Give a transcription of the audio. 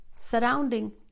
surrounding